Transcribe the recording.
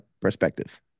perspective